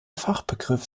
fachbegriff